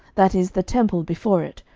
that is, the temple before it,